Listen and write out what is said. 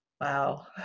Wow